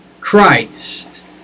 Christ